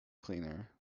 cleaner